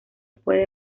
puede